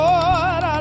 Lord